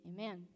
Amen